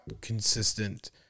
Consistent